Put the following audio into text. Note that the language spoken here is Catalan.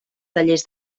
tallers